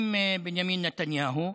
עם בנימין נתניהו,